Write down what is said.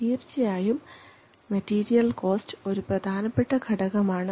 തീർച്ചയായും material cost ഒരു പ്രധാനപ്പെട്ട ഘടകമാണ്